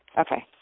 Okay